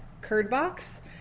Curdbox